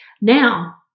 Now